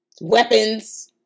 weapons